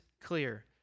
clear